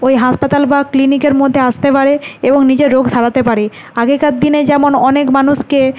ওই হাসপাতাল বা ক্লিনিকের মধ্যে আসতে পারে এবং নিজের রোগ সারাতে পারে আগেকার দিনে যেমন অনেক মানুষকে